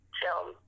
film